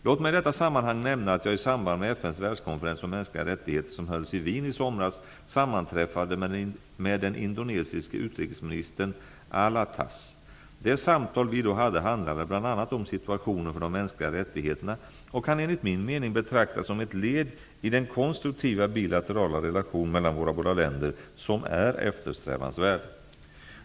Låt mig i detta sammanhang nämna att jag i samband med FN:s världskonferens om mänskliga rättigheter som hölls i Wien i somras, sammanträffade med den indonesiske utrikesministern Alatas. Det samtal vi då hade handlade bl.a. om situationen för de mänskliga rättigheterna och kan enligt min mening betraktas som ett led i den konstruktiva bilaterala relation mellan våra båda länder som är eftersträvansvärd.